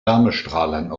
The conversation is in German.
wärmestrahlern